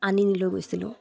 আনিনিলৈ গৈছিলোঁ